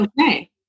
okay